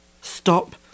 stop